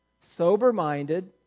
sober-minded